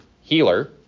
healer